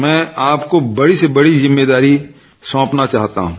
मैं आपको बड़ी से बड़ी जिम्मेदारियां सौंपना चाहता हूं